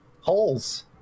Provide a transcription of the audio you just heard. holes